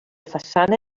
façana